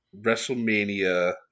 Wrestlemania